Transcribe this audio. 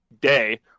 day